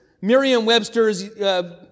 Merriam-Webster's